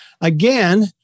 Again